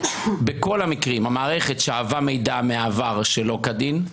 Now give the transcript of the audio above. בכל המקרים המערכת שאבה מידע מהעבר שלא כדין,